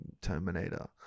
Terminator